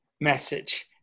message